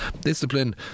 discipline